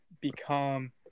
become